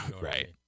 Right